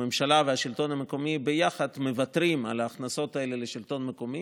הממשלה והשלטון המקומי ביחד מוותרים על ההכנסות האלה לשלטון המקומי,